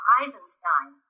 Eisenstein